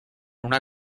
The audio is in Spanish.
una